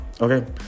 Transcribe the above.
okay